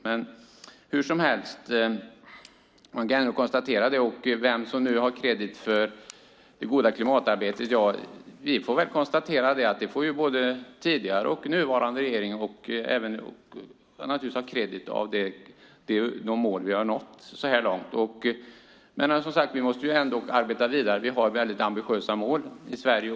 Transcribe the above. I fråga om vem som ska ha kredit för det goda klimatarbetet får vi väl konstatera att både tidigare regering och den nuvarande regeringen ska ha kredit för de mål vi så här långt uppnått. Ändå måste vi arbeta vidare. Vi har väldigt ambitiösa mål här i Sverige.